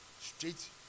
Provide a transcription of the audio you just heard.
straight